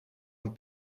een